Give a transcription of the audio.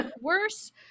worse